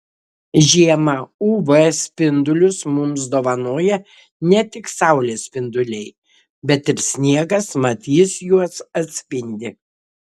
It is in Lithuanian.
žiemą uv spindulius mums dovanoja ne tik saulės spinduliai bet ir sniegas mat jis juos atspindi